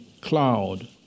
cloud